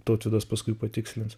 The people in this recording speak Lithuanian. tautvydas paskui patikslins